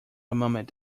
moment